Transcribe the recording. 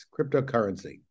cryptocurrency